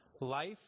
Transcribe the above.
life